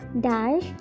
DASH